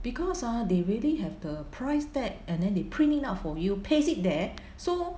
because ah they really have the price tag and then they print it out for you paste it there so